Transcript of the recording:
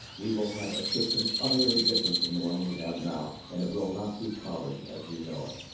we will have a system utterly different from the one we have now, and it will not be college as we know it.